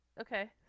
Okay